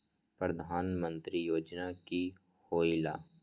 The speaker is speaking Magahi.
प्रधान मंत्री योजना कि होईला?